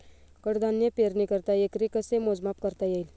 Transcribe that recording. कडधान्य पेरणीकरिता एकरी कसे मोजमाप करता येईल?